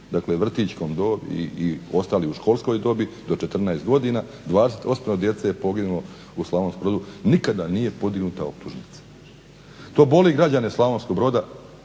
dakle vrtićka dob i ostali u školskoj dobi do 14 godina. 28 djece je poginulo u Slavonskom Brodu, nikada nije podignuta optužnica. To boli građane Slavonskog Broda,